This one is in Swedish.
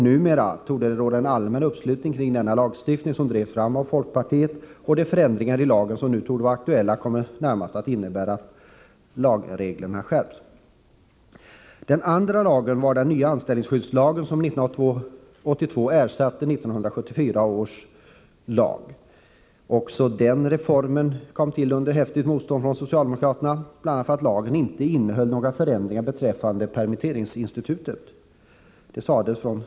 Numera torde det råda en allmän uppslutning kring denna lagstiftning, som drevs fram av folkpartiet, och de förändringar i lagen som nu torde vara aktuella kommer närmast att innebära att lagreglerna skärps. Den andra lagen var den nya anställningsskyddslagen, som 1982 ersatte 1974 års lag. Också den reformen kom till under häftigt motstånd från socialdemokraterna, bl.a. därför att lagen inte innehöll några förändringar beträffande permitteringsinstitutet.